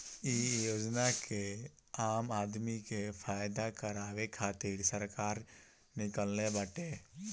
इ योजना के आम आदमी के फायदा करावे खातिर सरकार निकलले बाटे